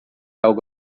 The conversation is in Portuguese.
algo